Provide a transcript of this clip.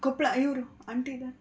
ಕೊಪ್ಪಳ ಇವರು ಆಂಟಿ ಇದ್ದಾರೆ